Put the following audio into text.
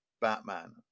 Batman